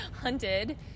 hunted